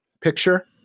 picture